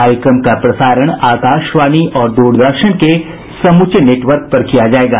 कार्यक्रम का प्रसारण आकाशवाणी और दूरदर्शन के समूचे नेटवर्क पर किया जाएगा